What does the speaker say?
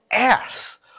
earth